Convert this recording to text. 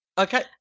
Okay